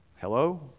Hello